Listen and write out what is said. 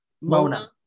Mona